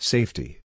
Safety